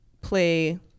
play